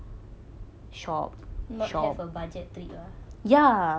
not have a budget trip ah